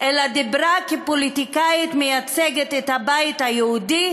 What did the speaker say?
אלא דיברה כפוליטיקאית שמייצגת את הבית היהודי